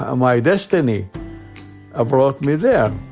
ah my destiny ah brought me there.